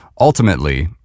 ultimately